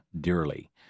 dearly